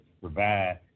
provide